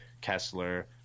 kessler